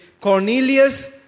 Cornelius